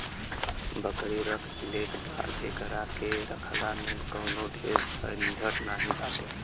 बकरी रख लेत बा जेकरा के रखला में कवनो ढेर झंझट नाइ बाटे